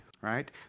right